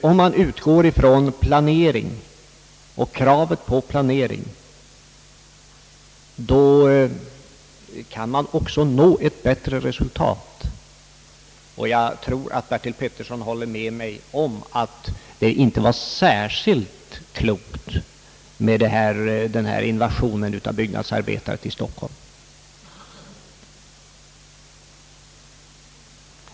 Om man utgår från en ordentlig planering kan man nå ett bättre resultat. Jag tror att herr Bertil Petersson håller med mig om att det inte var särskilt klokt med denna invasion av byggnadsarbetare till Stockholm.